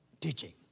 teaching